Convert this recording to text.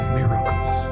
miracles